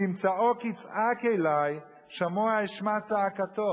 כי אם צעוק יצעק אלי שמוע אשמע צעקתו.